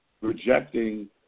rejecting